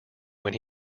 when